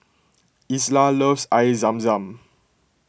Isla loves Air Zam Zam